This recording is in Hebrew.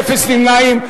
אין נמנעים,